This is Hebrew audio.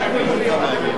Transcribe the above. לשנת הכספים 2012,